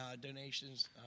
donations